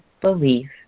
belief